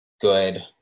good